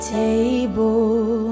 table